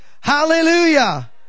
Hallelujah